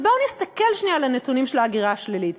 אז בואו נסתכל שנייה על הנתונים של ההגירה השלילית.